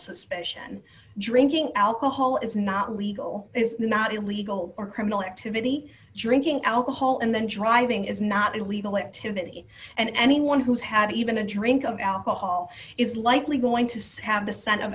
suspicion drinking alcohol is not legal it's not illegal or criminal activity drinking alcohol and then driving is not illegal activity and anyone who's had even a drink of alcohol is likely going to say have the scent of